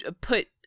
put